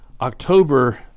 October